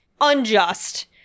unjust